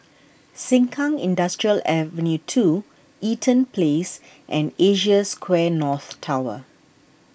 Sengkang Industrial Ave two Eaton Place and Asia Square North Tower